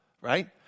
right